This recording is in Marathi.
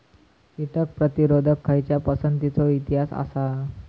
कीटक प्रतिरोधक खयच्या पसंतीचो इतिहास आसा?